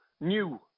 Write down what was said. new